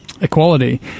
equality